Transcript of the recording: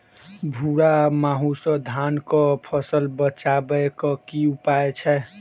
भूरा माहू सँ धान कऽ फसल बचाबै कऽ की उपाय छै?